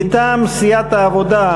מטעם סיעת העבודה,